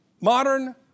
modern